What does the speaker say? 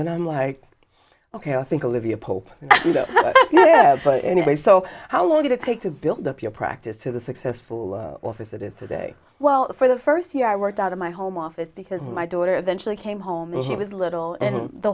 and i'm like ok i think i live you a pope yeah but anyway so how long did it take to build up your practice to the successful as it is today well for the first year i worked out of my home office because my daughter then she came home and she was little and the